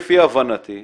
לפי הבנתי,